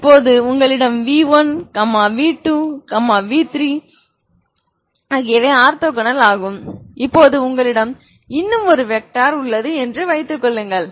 இப்போது உங்களிடம் v1 v2 v3 ஆகியவை ஆர்த்தோகனல் ஆகும் இப்போது உங்களிடம் இன்னும் ஒரு வெக்டார் உள்ளது என்று வைத்துக்கொள்ளுங்கள்